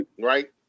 Right